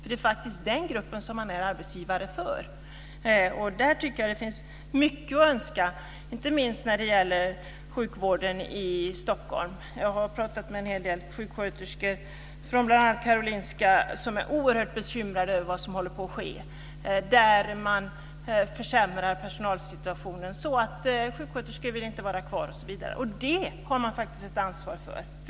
Det är den gruppen som man är arbetsgivare för, och där finns det mycket övrigt att önska, inte minst när det gäller sjukvården i Stockholm. Jag har pratat med en hel del sjuksköterskor bl.a. på Karolinska sjukhuset som är oerhört bekymrade över vad som håller på att ske. Man försämrar personalsituationen så att sjuksköterskorna inte vill vara kvar. Det har man faktiskt ett ansvar för.